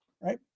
right